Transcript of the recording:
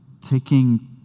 taking